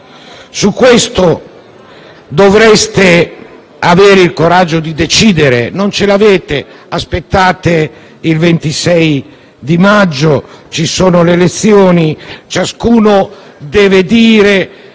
Su questo dovreste avere il coraggio di decidere; non ce l'avete, aspettate il 26 maggio, ci sono le elezioni, ciascuno deve dire